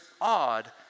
odd